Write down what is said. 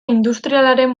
industrialaren